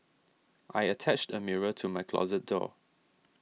I attached a mirror to my closet door